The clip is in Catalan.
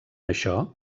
això